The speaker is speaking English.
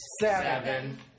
seven